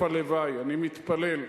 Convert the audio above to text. הלוואי, אני מתפלל,